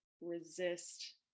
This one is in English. resist